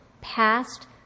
past